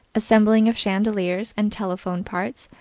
assembling of chandeliers and telephone parts,